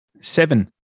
Seven